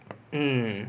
mm